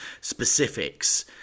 specifics